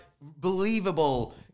believable